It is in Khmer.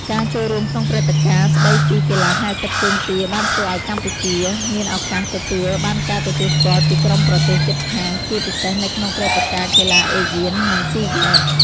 ការចូលរួមក្នុងព្រឹត្តិការណ៍ស្ដីពីកីឡាហែលទឹកជើងទាបានធ្វើឱ្យកម្ពុជា មានឱកាសទទួលបានការទទួលស្គាល់ពីក្រុមប្រទេសជិតខាងជាពិសេសនៅក្នុងព្រឹត្តិការណ៍កីឡា ASEAN និង SEA Games។